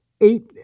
eight